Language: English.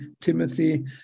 Timothy